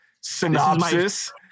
synopsis